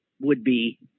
would-be